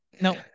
No